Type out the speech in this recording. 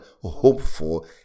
hopeful